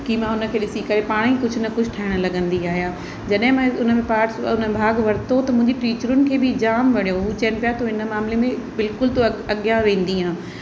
कि मां हुनखे ॾिसी करे पाणेई कुझु न कुझु ठाहिण लॻंदी आहियां जॾहिं मां हुन में पार्ट हुन भाॻु वरितो त मुंहिंजी टीचरुनि खे बि जाम वणियो हू चवनि पिया तूं हिन मामले में तूं बिल्कुलु तूं अॻियां वेंदीअ